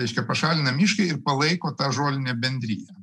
reiškia pašalina mišką ir palaiko tą žodinę bendriją